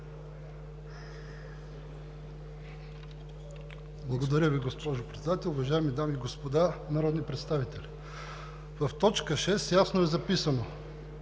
Благодаря Ви, госпожо Председател. Уважаеми дами и господа народни представители! В т. 6 ясно е записано,